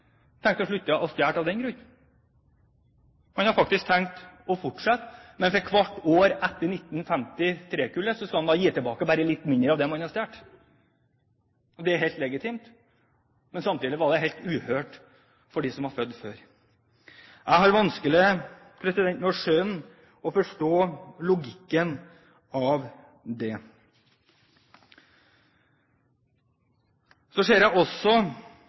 tenkt å slutte å stjele av den grunn, man har faktisk tenkt å fortsette. For hvert kull etter 1953-kullet skal man gi tilbake bare litt mindre av det man har stjålet. Det er helt legitimt, men samtidig helt uhørt for dem som er født tidligere. Jeg har vanskelig for å forstå logikken her. Så ser jeg også at det